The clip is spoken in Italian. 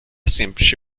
semplici